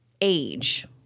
age